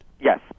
Yes